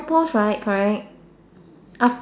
post right correct